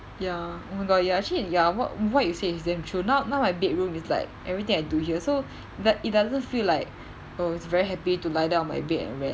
ya oh my god ya actually ya what what you say is damn true now now my bedroom is like everything I do here so like it doesn't feel like oh it's very happy to lie down on my bed and rest